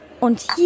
Und